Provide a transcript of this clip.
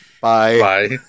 Bye